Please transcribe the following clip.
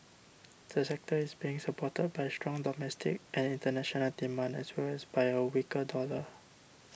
the sector is being supported by strong domestic and international demand as well as by a weaker dollar